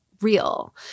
real